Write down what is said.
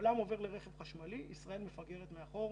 העולם עובר לרכב חשמלי, ישראל מפגרת מאחור.